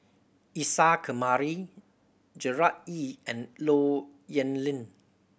Isa Kamari Gerard Ee and Low Yen Ling